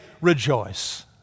rejoice